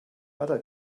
other